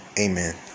amen